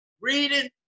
Reading